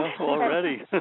Already